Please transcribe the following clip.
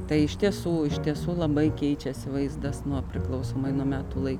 tai iš tiesų iš tiesų labai keičiasi vaizdas nuo priklausomai nuo metų laiko